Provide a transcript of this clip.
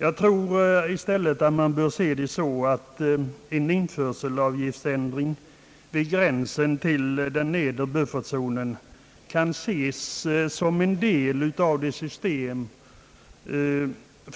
Jag tror i stället man bör se det så, att en införselavgiftsändring vid gränsen till den nedre buffertzonen är en del av det system